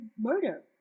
murder